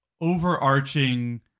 overarching